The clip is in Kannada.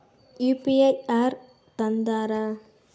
ಯು.ಪಿ.ಐ ಯಾರ್ ತಂದಾರ?